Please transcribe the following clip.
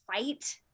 fight